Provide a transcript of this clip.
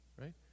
right